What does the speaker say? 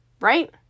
right